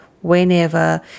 whenever